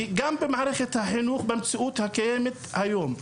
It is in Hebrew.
כי גם במערכת החינוך במציאות הקיימת היום,